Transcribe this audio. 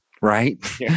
right